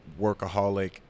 workaholic